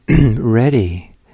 ready